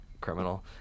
criminal